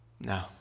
No